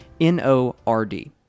N-O-R-D